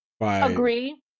Agree